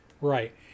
Right